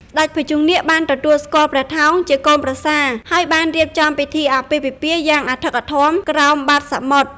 ស្ដេចភុជង្គនាគបានទទួលស្គាល់ព្រះថោងជាកូនប្រសារ ហើយបានរៀបចំពិធីអាពាហ៍ពិពាហ៍យ៉ាងអធិកអធមក្រោមបាតសមុទ្រ។